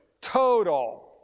Total